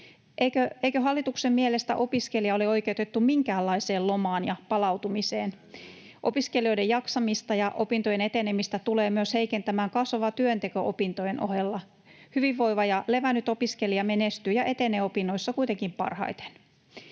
Eikö hallituksen mielestä opiskelija ole oikeutettu minkäänlaiseen lomaan ja palautumiseen? Opiskelijoiden jaksamista ja opintojen etenemistä tulee myös heikentämään kasvava työnteko opintojen ohella. Hyvinvoiva ja levännyt opiskelija menestyy ja etenee opinnoissa kuitenkin parhaiten.